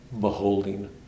beholding